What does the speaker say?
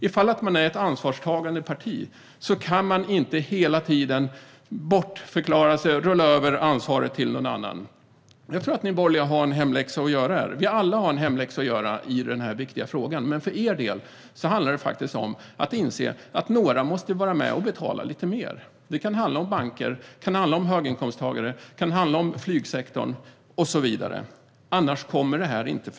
Ifall man är ett ansvarstagande parti kan man inte hela tiden bortförklara sig och rulla över ansvaret till någon annan. Jag tror att ni borgerliga har en hemläxa att göra här. Vi har alla en hemläxa att göra i den här viktiga frågan. Men för er del handlar det om att inse att några måste vara med och betala lite mer. Det kan handla om banker, höginkomsttagare, flygsektorn och så vidare. Annars kommer det inte att fungera.